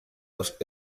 los